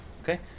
Okay